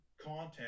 content